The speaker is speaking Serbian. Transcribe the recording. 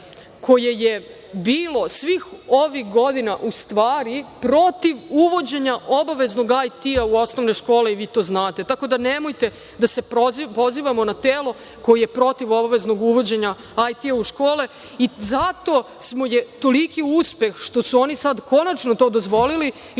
koje je bilo svih ovih godina u stvari protiv uvođenja obaveznog IT-a u osnovne škole, i vi to znate. Tako da, nemojte da se pozivamo na telo koje je protiv obaveznog uvođenja IT-a u škole. Zato je toliki uspeh što su oni sada konačno to dozvolili i